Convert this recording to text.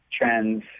trends